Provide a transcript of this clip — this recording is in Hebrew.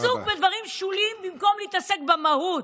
עסוק בדברים שוליים במקום להתעסק במהות,